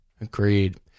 Agreed